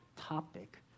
topic